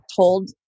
told